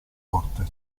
corte